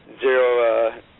zero